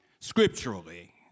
Scripturally